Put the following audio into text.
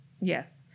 Yes